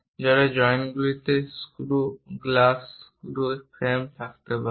যারা জয়েন্টগুলোতে screw glass screw এবং ফ্রেম থাকতে পারে